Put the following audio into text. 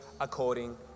according